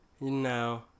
No